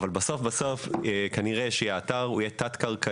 אבל בסוף בסוף כנראה שהאתר יהיה תת-קרקעי,